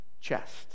chest